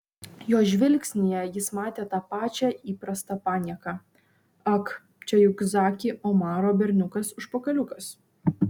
jo žvilgsnyje jis matė tą pačią įprastą panieką ak čia juk zaki omaro berniukas užpakaliukas